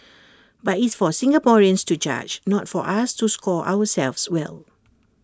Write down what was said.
but it's for Singaporeans to judge not for us to score ourselves well